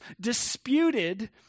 disputed